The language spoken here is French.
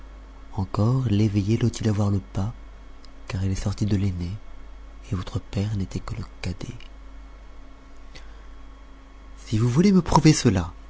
encore l'eveillé doit-il avoir le pas car il est sorti de l'aîné et votre père n'était que le cadet si vous voulez me prouver cela